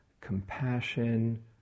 compassion